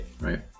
Right